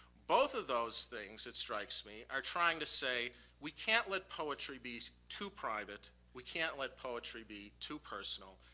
both of those things, it strikes me, are trying to say we can't let poetry be too private. we can't let poetry be too personal.